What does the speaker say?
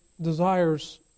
Desires